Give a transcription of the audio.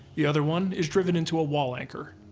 the other one is driven into a wall anchor.